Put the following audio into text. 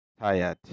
tired